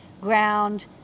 ground